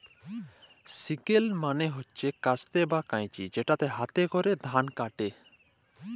sickle মালে হছে কাস্তে বা কাঁইচি যেটতে হাতে ক্যরে ধাল ক্যাটে